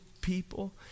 people